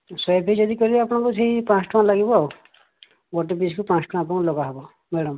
ଶହେ ପିସ୍ ଯଦି କରିବ ସେଇ ଆପଣଙ୍କୁ ପାଞ୍ଚଶହ ଟଙ୍କା ଲାଗିବ ଆଉ ଗୋଟିଏ ପିସ୍ କୁ ପାଞ୍ଚ ଟଙ୍କା ଆପଣଙ୍କୁ ଲଗା ହେବ ମ୍ୟାଡ଼ାମ